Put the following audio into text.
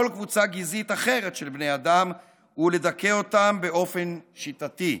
קבוצה גזעית אחרת של בני אדם ולדכא אותם באופן שיטתי.